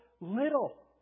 little